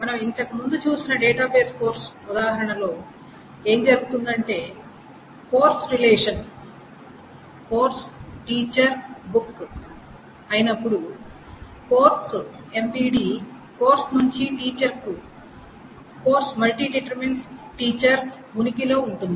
మనం ఇంతకుముందు చూసిన డేటాబేస్ కోర్సు ఉదాహరణలో ఏమి జరుగుతుందంటే course relation course teacher book అయినప్పుడు కోర్సు MVD కోర్సు నుండి టీచర్ కి course ↠ teacher ఉనికిలో ఉంది